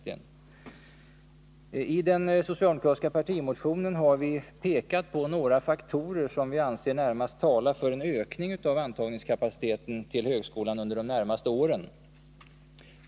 I den socialdemokratiska partimotionen har vi pekat på några faktorer som vi anser närmast tala för en ökning av antagningskapaciteten till högskolan under de närmaste åren.